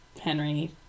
Henry